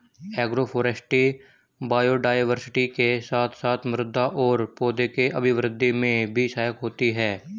agroforestry biodiversity के साथ साथ मृदा और पौधों के अभिवृद्धि में भी सहायक होती है